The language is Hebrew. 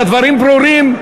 הדברים ברורים?